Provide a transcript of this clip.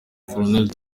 col